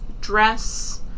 dress